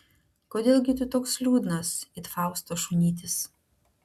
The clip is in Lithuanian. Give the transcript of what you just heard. kodėl gi tu toks liūdnas it fausto šunytis